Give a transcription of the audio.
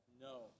No